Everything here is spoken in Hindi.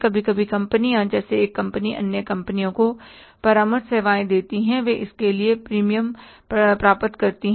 कभी कभी कंपनियां जैसे एक कंपनी अन्य कंपनियों को परामर्श सेवाएं देती हैं वे इसके लिए प्रीमियम प्राप्त करते हैं